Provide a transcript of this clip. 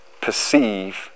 Perceive